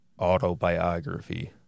autobiography